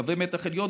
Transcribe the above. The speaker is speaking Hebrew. קווי מתח עליון,